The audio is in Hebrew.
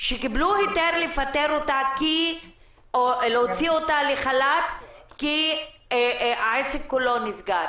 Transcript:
שקיבלו היתר להוציא אותה לחל"ת כי העסק כולו נסגר